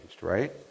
right